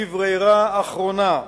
כברירה אחרונה,